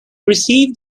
received